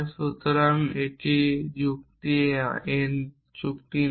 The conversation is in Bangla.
সুতরাং এটি যুক্তি এন চুক্তি নেয়